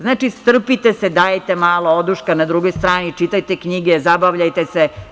Znači, strpite se, dajte malo oduška na drugoj strani, čitajte knjige, zabavljajte se.